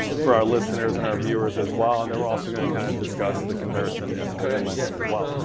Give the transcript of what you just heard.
for our listeners and our viewers as well, and, they're also going to kind of discuss the comparison to sba lending as well.